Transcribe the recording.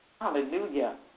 Hallelujah